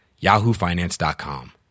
yahoofinance.com